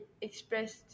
expressed